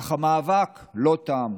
אך המאבק לא תם,